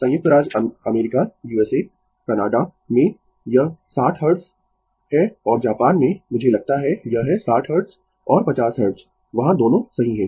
संयुक्त राज्य America Canada में यह 60 हर्ट्ज है और जापान में मुझे लगता है यह है 60 हर्ट्ज और 50 हर्ट्ज वहाँ दोनों सही है